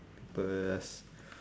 people just